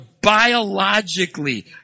biologically